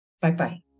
Bye-bye